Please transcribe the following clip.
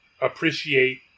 appreciate